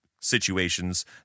situations